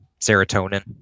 serotonin